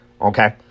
Okay